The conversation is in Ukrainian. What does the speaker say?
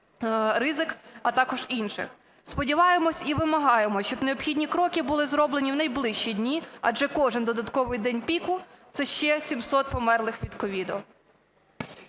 ризик, а також інше. Сподіваємось і вимагаємо, щоб необхідні кроки були зроблені в найближчі дні, адже кожен додатковий день піку це ще 700 померлих від COVID.